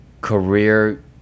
career